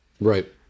Right